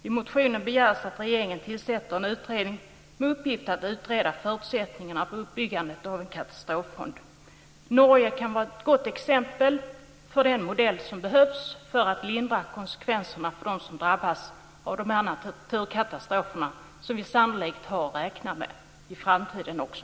I motionen begärs att regeringen tillsätter en utredning med uppgift att utreda förutsättningarna för uppbyggandet av en katastroffond. Norge kan vara ett gott exempel för den modell som behövs för att lindra konsekvenserna för dem som drabbas av de naturkatastrofer som vi sannolikt har att räkna med i framtiden också.